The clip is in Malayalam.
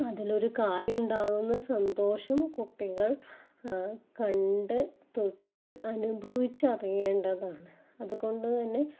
അതിലൊരു കായ് ഉണ്ടാകുന്ന സന്തോഷം കുട്ടികള് കണ്ട് തൊട്ട് അനുഭവിച്ചറിയേണ്ടതാണ് അതുകൊണ്ട് തന്നെ